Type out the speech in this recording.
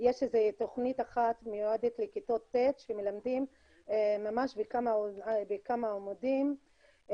יש תוכנית אחת שמיועדת לכיתות ט' שמלמדים ממש בכמה עמודים,